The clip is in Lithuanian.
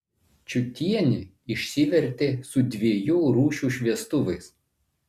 čiutienė išsivertė su dviejų rūšių šviestuvais